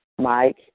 Mike